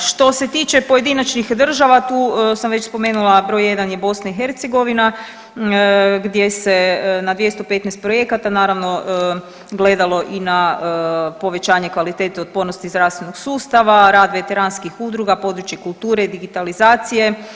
Što se tiče pojedinačnih država tu sam već spomenula broj jedan je BiH gdje se na 215 projekata naravno gledalo i na povećanje kvalitete otpornosti zdravstvenog sustava, rad veteranskih udruga, područje kulture i digitalizacije.